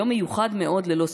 יום מיוחד מאוד ללא ספק,